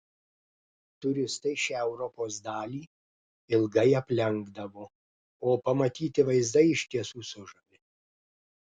turistai šią europos dalį ilgai aplenkdavo o pamatyti vaizdai iš tiesų sužavi